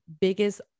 biggest